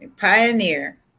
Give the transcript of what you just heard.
pioneer